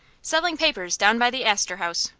selling papers down by the astor house.